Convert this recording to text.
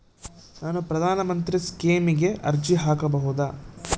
ನಾನು ಪ್ರಧಾನ ಮಂತ್ರಿ ಸ್ಕೇಮಿಗೆ ಅರ್ಜಿ ಹಾಕಬಹುದಾ?